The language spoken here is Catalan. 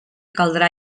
caldrà